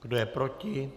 Kdo je proti?